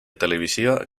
televisiva